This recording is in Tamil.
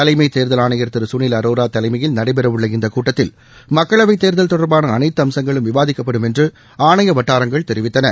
தலைமை தேர்தல் ஆணையர் திரு குனில் அரோரா தலைமையில் நடைபெற உள்ள இந்த கூட்டத்தில் மக்களவை தேர்தல் தொடர்பான அனைத்து அம்சங்களும் விவாதிக்கப்படும் என்று ஆணைய வட்டாரங்கள் தெரிவித்தன